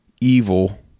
evil